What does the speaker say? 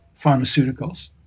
pharmaceuticals